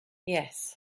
yes